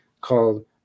called